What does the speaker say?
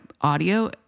audio